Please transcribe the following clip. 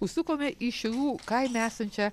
užsukome į šilų kaime esančią